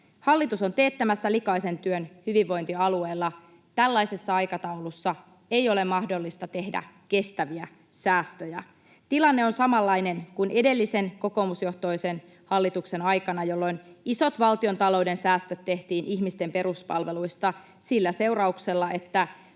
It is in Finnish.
Hallitus on teettämässä likaisen työn hyvinvointialueilla. Tällaisessa aikataulussa ei ole mahdollista tehdä kestäviä säästöjä. Tilanne on samanlainen kuin edellisen kokoomusjohtoisen hallituksen aikana, jolloin isot valtiontalouden säästöt tehtiin ihmisten peruspalveluista sillä seurauksella, että